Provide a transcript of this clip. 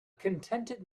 contented